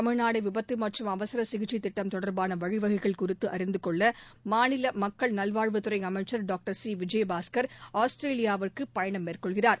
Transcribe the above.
தமிழ்நாடு விபத்து மற்றும் அவசர சிகிச்சை திட்டம் தொடர்பான வழிவகைகள் குறித்து அறிந்து கொள்ள மாநில மக்கள் நல்வாழ்வுத்துறை அமைச்சர் டாக்டர் சி விஜயபாஸ்கர் ஆஸ்திரேலியாவுக்கு பயணம் மேற்கொண்டுள்ளார்